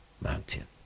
Mountain